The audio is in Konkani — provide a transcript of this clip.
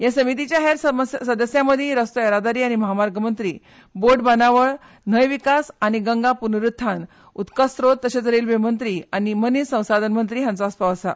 हे समितीच्या हेर वांगड्यां मदीं रस्तो येरादारी आनी महामार्ग मंत्री बोट बांदावळ न्हंय विकास आनी गंगा पुनरुत्थान उदकास्रोत तशेंच रेल्वे मंत्री आनी मनीस संसाधन मंत्री हांचो आसपाव आा